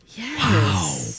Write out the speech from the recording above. Wow